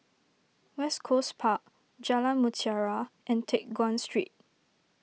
West Coast Park Jalan Mutiara and Teck Guan Street